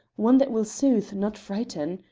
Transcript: one that will soothe, not frighten.